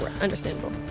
Understandable